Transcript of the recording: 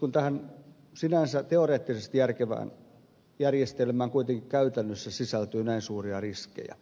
kun tähän sinänsä teoreettisesti järkevään järjestelmään kuitenkin käytännössä sisältyy näin suuria riskejä